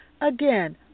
Again